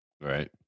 Right